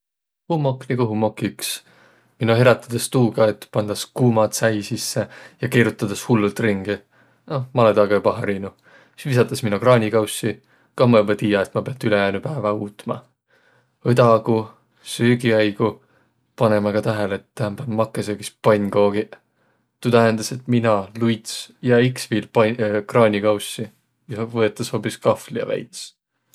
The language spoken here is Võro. Hummok nigu hummok iks. Minno herätedäs tuuga, et pandas kuuma tsäi sisse ja keerotõdas hullult ringi. Noh, ma olõ taaga joba harinuq. Sis visatas minno kraanikaussi. Koh ma joba tiiä, et ma piät ülejäänü päävä uutma. Õdagu, söögi aigu, panõ ma aga tähele, et täämbä ommaq makõsöögis pannkoogiq. Tuu tähendäs, et mina, luits, jää iks viil pan- kraanikaussi, ja võetas hoobis kahvli ja väits.